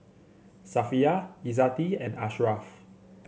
Safiya Izzati and Ashraf